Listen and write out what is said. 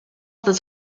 this